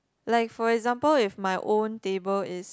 like for example if my own table is